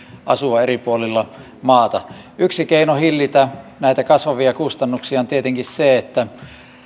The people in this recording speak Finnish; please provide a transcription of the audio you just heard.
asua eri puolilla maata yksi keino hillitä näitä kasvavia kustannuksia on tietenkin se että